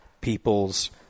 people's